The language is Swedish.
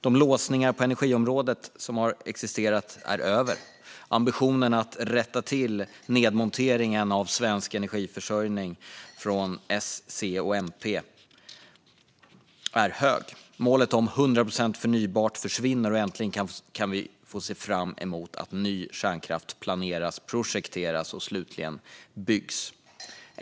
De låsningar som funnits på energiområdet är över. Ambitionen att rätta till en nedmontering av svensk energiförsörjning som S, C och MP stod för är hög. Målet om 100 procent förnybart försvinner, och äntligen kan vi se fram emot att ny kärnkraft planeras, projekteras och slutligen byggs.